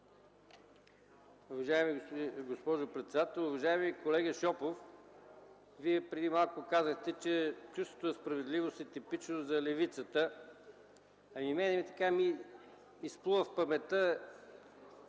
Уважаема госпожо председател! Уважаеми колега Шопов, преди малко Вие казахте, че чувството за справедливост е типично за левицата. На мен ми изплува в паметта